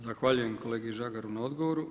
Zahvaljujem kolegi Žagaru na odgovoru.